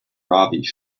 robbie